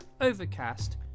Overcast